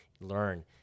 learn